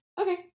Okay